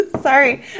Sorry